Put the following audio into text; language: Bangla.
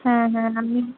হ্যাঁ হ্যাঁ আমি